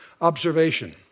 observation